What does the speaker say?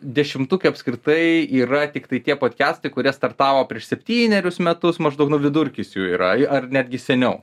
dešimtuke apskritai yra tiktai tie podkestai kurie startavo prieš septynerius metus maždaug vidurkis jų yra ar ar netgi seniau